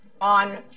on